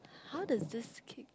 how does this